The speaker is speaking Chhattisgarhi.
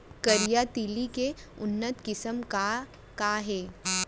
करिया तिलि के उन्नत किसिम का का हे?